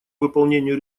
выполнению